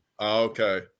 Okay